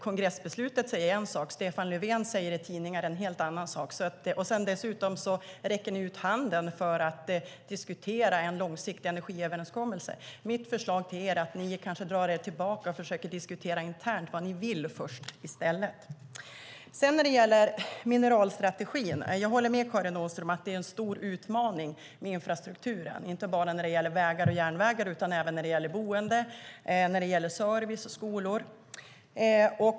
Kongressbeslutet säger en sak, och Stefan Löfven säger i tidningar en helt annan. Dessutom sträcker ni ut handen för att diskutera en långsiktig energiöverenskommelse. Mitt förslag till er är att ni kanske drar er tillbaka och i stället först försöker diskutera internt vad ni vill. Jag håller med Karin Åström om att infrastrukturen är en stor utmaning när det gäller mineralstrategin. Det handlar då inte bara om vägar och järnvägar utan även om boende, service och skolor.